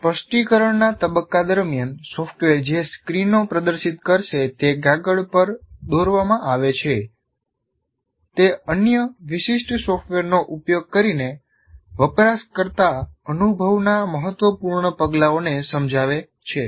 સ્પષ્ટીકરણના તબક્કા દરમિયાન સોફ્ટવેર જે સ્ક્રીનો પ્રદર્શિત કરશે તે કાગળ પર દોરવામાં આવે છે તે અન્ય વિશિષ્ટ સોફ્ટવેરનો ઉપયોગ કરીને વપરાશકર્તા અનુભવના મહત્વપૂર્ણ પગલાઓને સમજાવે છે